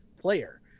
player